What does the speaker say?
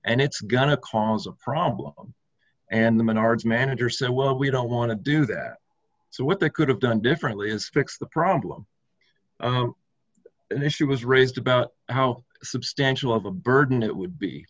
and it's gonna cause a problem and the menards manager said well we don't want to do that so what they could have done differently is fix the problem an issue was raised about how substantial of a burden it would be